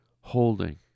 holding